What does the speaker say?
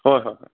হয় হয় হয়